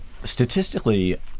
statistically